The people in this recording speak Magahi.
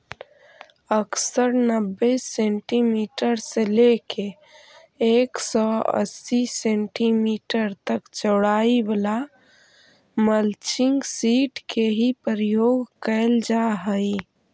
अक्सर नब्बे सेंटीमीटर से लेके एक सौ अस्सी सेंटीमीटर तक चौड़ाई वाला मल्चिंग सीट के ही प्रयोग कैल जा हई